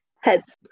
Heads